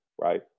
Right